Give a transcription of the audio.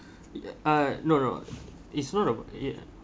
uh no no it's not of ya